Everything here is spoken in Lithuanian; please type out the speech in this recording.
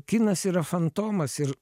kinas yra fantomas ir